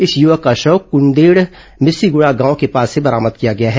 इस युवक का शव कदेड मिस्सीगुड़ा गांव के पास से बरामद किया गया है